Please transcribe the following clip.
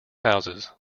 houses